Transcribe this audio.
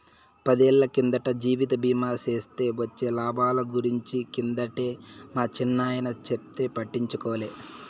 పదేళ్ళ కిందట జీవిత బీమా సేస్తే వొచ్చే లాబాల గురించి కిందటే మా చిన్నాయన చెప్తే పట్టించుకోలే